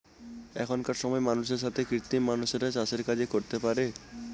এখনকার সময় মানুষের সাথে কৃত্রিম মানুষরা চাষের কাজ করতে পারে